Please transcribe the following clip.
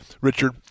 Richard